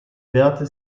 wehrte